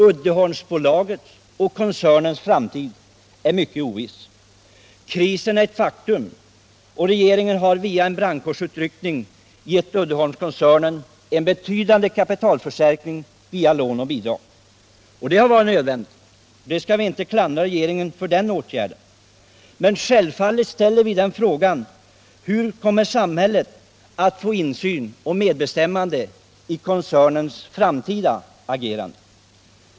Uddeholmsbolagets och koncernens framtid är mycket oviss. Krisen är ett faktum, och regeringen har via en brandkårsutryckning gett Uddeholmskoncernen en betydande kapitalförstärkning genom lån och bidrag. Det har varit nödvändigt, och vi skall inte klandra regeringen för den åtgärden. Men självfallet ställer vi frågan: Hur får samhället insyn och medbestämmande i fråga om koncernens framtida agerande?